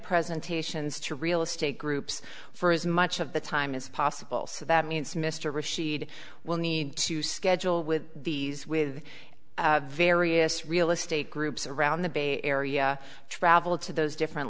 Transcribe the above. presentations to real estate groups for as much of the time as possible so that means mr rashid will need to schedule with these with various real estate groups around the bay area travel to those different